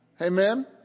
Amen